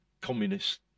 communist